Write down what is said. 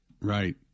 Right